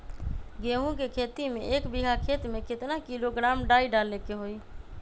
गेहूं के खेती में एक बीघा खेत में केतना किलोग्राम डाई डाले के होई?